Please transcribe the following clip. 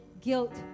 guilt